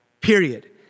period